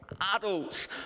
adults